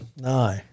No